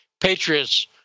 Patriots